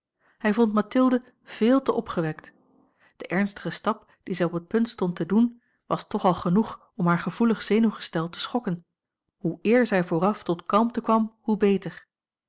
hij vond mathilde veel te opgewekt de ernstige stap dien zij op het punt stond te doen was toch al genoeg om haar gevoelig zenuwgestel te schokken hoe eer zij vooraf tot kalmte kwam hoe beter